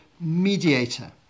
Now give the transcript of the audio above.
mediator